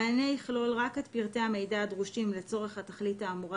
המענה יכלול רק את פרטי המידע הדרושים לצורך התכלית האמורה